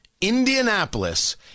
Indianapolis